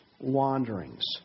wanderings